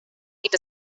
gibt